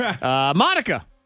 Monica